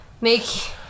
make